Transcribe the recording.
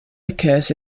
occurs